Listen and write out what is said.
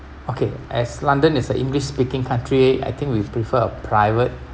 okay as london is an english speaking country I think we would prefer a private